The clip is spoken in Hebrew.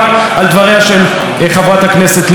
חברת הכנסת לבני, יושבת-ראש האופוזיציה.